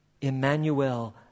Emmanuel